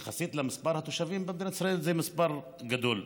יחסית למספר התושבים במדינת ישראל זה מספר גדול,